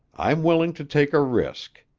i'm willing to take a risk.